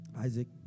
Isaac